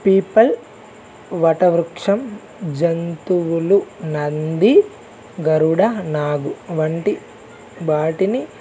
people వట వృక్షం జంతువులు నంది గరుడ నాగు వంటి వాటిని